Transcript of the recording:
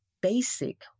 basic